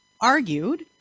argued